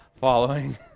following